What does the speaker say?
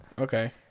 Okay